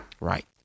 right